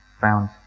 found